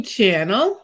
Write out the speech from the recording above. Channel